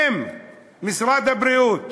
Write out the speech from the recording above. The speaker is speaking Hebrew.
אם משרד הבריאות